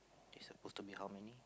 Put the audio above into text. it's supposed to be how many